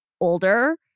older